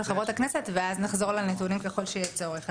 חברות הכנסת ואז נחזור לנתונים ככל שיהיה צורך.